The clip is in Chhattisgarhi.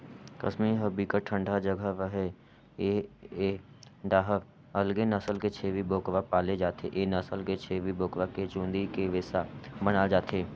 कस्मीर ह बिकट ठंडा जघा हरय ए डाहर अलगे नसल के छेरी बोकरा पाले जाथे, ए नसल के छेरी बोकरा के चूंदी के रेसा बनाल जाथे